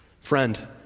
Friend